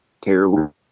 terrible